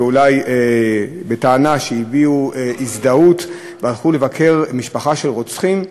ואולי בטענה שהביעו הזדהות והלכו לבקר משפחה של רוצחים,